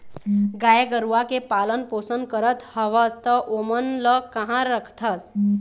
गाय गरुवा के पालन पोसन करत हवस त ओमन ल काँहा रखथस?